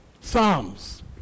psalms